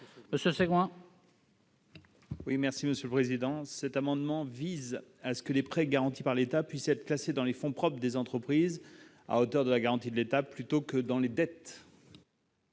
: La parole est à M. Vincent Segouin. Cet amendement vise à ce que les prêts garantis par l'État puissent être classés dans les fonds propres des entreprises, à hauteur de la garantie de l'État, plutôt que dans les dettes.